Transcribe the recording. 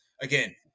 again